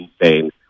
insane